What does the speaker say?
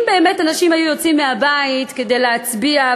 אם אנשים באמת היו יוצאים מהבית כדי להצביע,